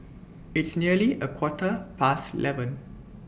It's nearly A Quarter Past eleven